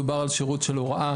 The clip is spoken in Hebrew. מדובר על שירות של הוראה,